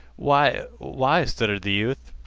why why stuttered the youth.